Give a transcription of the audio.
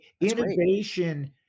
innovation